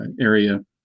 area